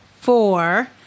four